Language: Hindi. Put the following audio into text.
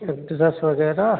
ड्ररस वग़ैरह